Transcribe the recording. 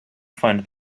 fund